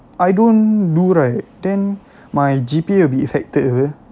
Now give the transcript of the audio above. I don't do right then my G_P_A will be affected apa